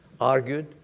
argued